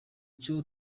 cyo